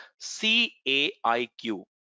CAIQ